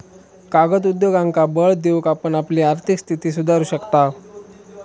कागद उद्योगांका बळ देऊन आपण आपली आर्थिक स्थिती सुधारू शकताव